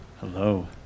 Hello